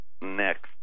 next